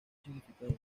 significado